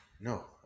No